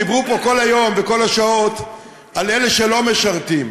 דיברו פה כל היום וכל השעות על אלה שלא משרתים.